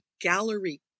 Gallery